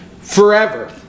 forever